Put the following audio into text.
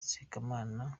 sekamana